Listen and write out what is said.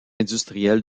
industriel